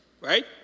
right